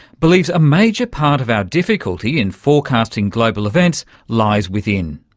believes a major part of our difficulty in forecasting global events lies within,